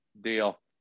Deal